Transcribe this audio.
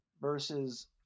versus